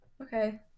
Okay